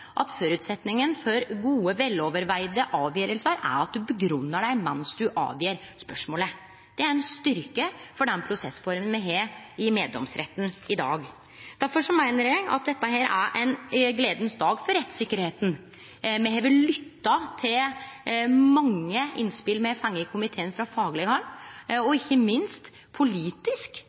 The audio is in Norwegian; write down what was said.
at føresetnaden for gode, vel gjennomtenkte avgjerder er at ein grunngjev dei mens ein avgjer spørsmålet. Det er ein styrke for den prosessforma me har i meddomsretten i dag. Difor meiner eg at dette er ein gledeleg dag for rettssikkerheita. Me har i komiteen lytta til mange innspel me har fått frå fagleg hald. Ikkje minst politisk